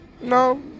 No